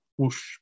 push